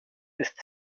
ist